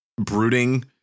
brooding